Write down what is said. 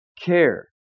care